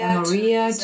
Maria